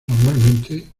normalmente